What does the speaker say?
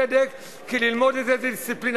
לחפור את החוק מסביב,